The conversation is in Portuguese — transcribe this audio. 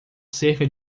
cerca